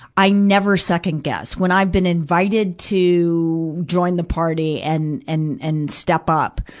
i never second-guess. when i've been invited to, join the party and, and, and step up,